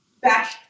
back